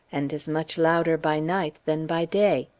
and is much louder by night than by day.